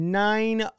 nine